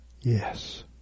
Yes